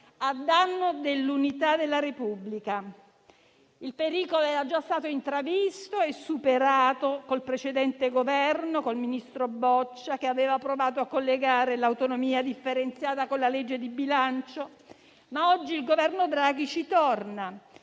a danno dell'unità della Repubblica. Il pericolo era già stato intravisto e superato con il precedente Governo, in particolare con il ministro Boccia, che aveva provato a collegare l'autonomia differenziata con la legge di bilancio. Oggi il Governo Draghi ci torna,